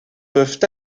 peuvent